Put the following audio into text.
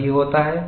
वही होता है